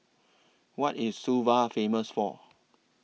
What IS Suva Famous For